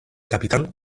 capitán